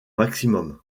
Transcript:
maximum